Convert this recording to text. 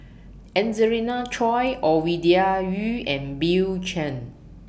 Angelina Choy Ovidia Yu and Bill Chen